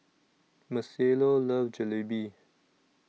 Marcelo loves Jalebi